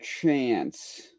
Chance